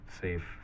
safe